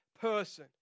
person